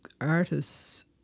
artists